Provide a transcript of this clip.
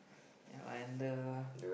ya and the